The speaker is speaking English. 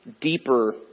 deeper